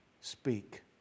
speak